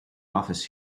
office